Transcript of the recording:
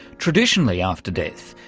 traditionally after death,